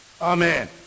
Amen